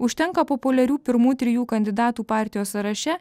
užtenka populiarių pirmų trijų kandidatų partijos sąraše